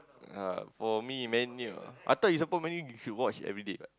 uh for me Man-U ah I thought if you support Man-U you should watch everyday [what]